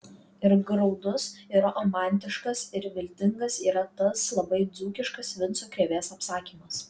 ir graudus ir romantiškas ir viltingas yra tas labai dzūkiškas vinco krėvės apsakymas